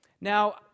Now